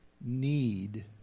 need